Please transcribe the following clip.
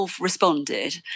responded